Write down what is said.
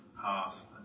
past